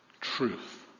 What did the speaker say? Truth